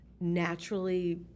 naturally